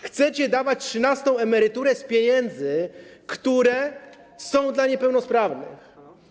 Chcecie dawać trzynastą emeryturę z pieniędzy, które są dla niepełnosprawnych.